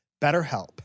BetterHelp